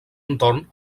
entorn